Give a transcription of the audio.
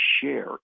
share